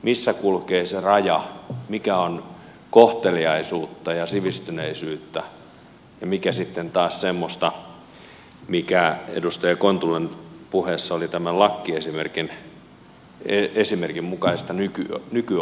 missä kulkee se raja mikä on kohteliaisuutta ja sivistyneisyyttä ja mikä sitten taas semmoista mikä edustaja kontulan puheessa oli tämän lakkiesimerkin mukaista nykyaikaa